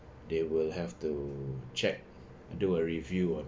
they will have to check do a review on